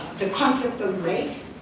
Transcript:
the concept of race.